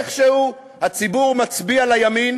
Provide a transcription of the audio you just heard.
איכשהו הציבור מצביע לימין,